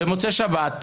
ובמוצאי שבת,